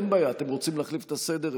אין בעיה, אתם רוצים להחליף את הסדר?